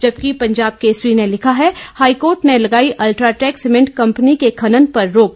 जबकि पंजाब केसरी ने लिखा है हाईकोर्ट ने लगाई अल्ट्राटेक सीमेंट कंपनी के खनन पर रोक